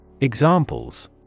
Examples